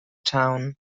town